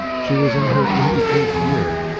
she was in her eighty-eighth year.